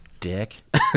dick